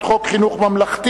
שוויון זכויות לאנשים עם מוגבלות (תיקון מס' 2)